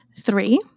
Three